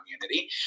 community